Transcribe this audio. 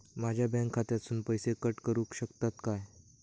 माझ्या बँक खात्यासून पैसे कट करुक शकतात काय?